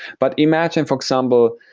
but imagine, for example,